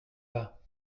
pas